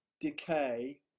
decay